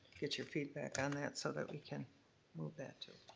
get your feedback on that so that we can move that too,